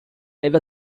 ever